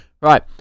Right